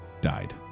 died